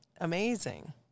Amazing